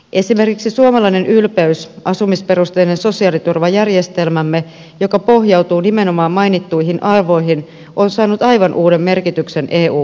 esimerkiksi suomalainen ylpeys asumisperusteinen sosiaaliturvajärjestelmämme joka pohjautuu nimenomaan mainittuihin arvoihin on saanut aivan uuden merkityksen eun myötä